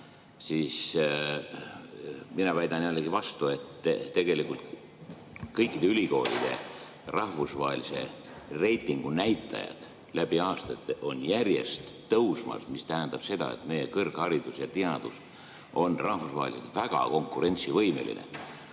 Mina väidan jälle vastu, et tegelikult kõikide ülikoolide rahvusvahelise reitingu näitajad läbi aastate on järjest tõusmas, mis tähendab seda, et meie kõrgharidus ja teadus on rahvusvaheliselt väga konkurentsivõimelised.